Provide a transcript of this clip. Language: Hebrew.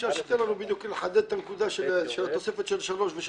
אפשר שתיתן לנו בדיוק כדי לחדד את הנקודה של התוספת של 3.3?